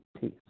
peace